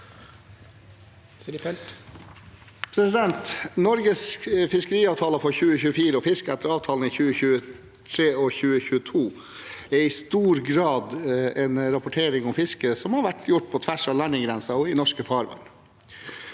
for saken): Norges fiskeriavtaler for 2024 og fisket etter avtalene i 2022 og 2023 er i stor grad en rapportering om fisket som har vært gjort på tvers av landegrenser og i norske farvann.